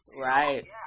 Right